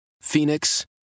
Phoenix